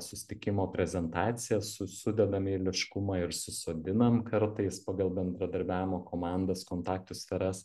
susitikimo prezentaciją su sudedam eiliškumą ir susodinam kartais pagal bendradarbiavimo komandas kontaktų sferas